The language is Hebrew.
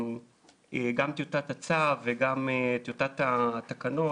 גם את טיוטת הצו וגם את טיוטת התקנות,